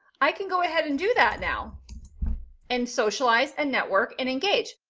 i can go ahead and do that now and socialize and network and engage.